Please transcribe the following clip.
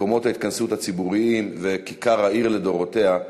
מקומות ההתכנסות הציבוריים וכיכר העיר לדורותיה,